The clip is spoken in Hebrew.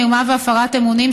מרמה והפרת אמונים),